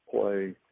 play